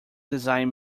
design